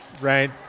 right